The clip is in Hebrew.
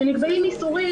שנקבעים איסורים,